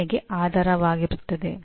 NBA ಹೇಳುತ್ತದೆ